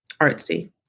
artsy